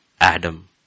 Adam